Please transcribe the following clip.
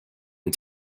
and